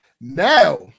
Now